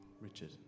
Richard